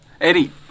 Eddie